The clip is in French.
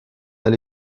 dans